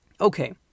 Okay